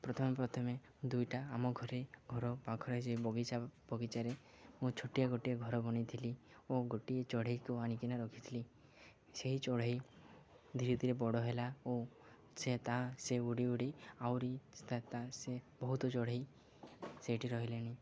ପ୍ରଥମେ ପ୍ରଥମେ ଦୁଇଟା ଆମ ଘରେ ଘର ପାଖରେ ସେ ବଗିଚା ବଗିଚାରେ ମୁଁ ଛୋଟିଆ ଗୋଟିଏ ଘର ବନେଇଥିଲି ଓ ଗୋଟିଏ ଚଢ଼େଇକୁ ଆଣିକିନା ରଖିଥିଲି ସେହି ଚଢ଼େଇ ଧୀରେ ଧୀରେ ବଡ଼ ହେଲା ଓ ସେ ତା ସେ ଉଡ଼ି ଉଡ଼ି ଆହୁରି ତା ତା ସେ ବହୁତ ଚଢ଼େଇ ସେଇଠି ରହିଲେଣି